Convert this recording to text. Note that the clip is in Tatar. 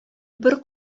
бер